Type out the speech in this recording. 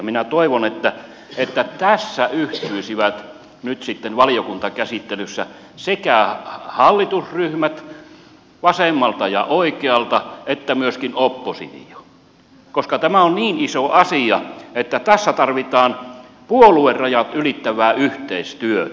minä toivon että valiokuntakäsittelyssä yhtyisivät sekä hallitusryhmät vasemmalta ja oikealta että oppositio koska tämä on niin iso asia että tässä tarvitaan puoluerajat ylittävää yhteistyötä